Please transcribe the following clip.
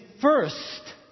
first